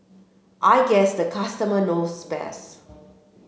I guess the customer knows best